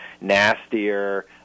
nastier